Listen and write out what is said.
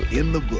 in the